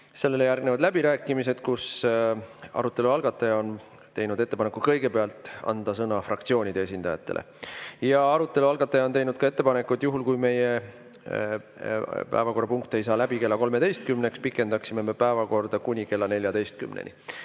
Sellele järgnevad läbirääkimised, mille puhul arutelu algataja on teinud ettepaneku kõigepealt anda sõna fraktsioonide esindajatele. Ja arutelu algataja on teinud ka ettepaneku, et juhul kui meie päevakorrapunkt ei saa läbi kella 13-ks, pikendaksime me päevakorda kuni kella 14-ni.